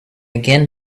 again